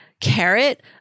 carrot